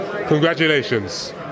congratulations